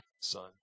son